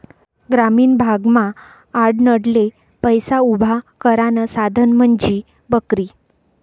ग्रामीण भागमा आडनडले पैसा उभा करानं साधन म्हंजी बकरी